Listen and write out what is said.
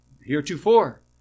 heretofore